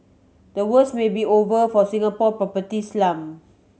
the worst may be over for Singapore property slump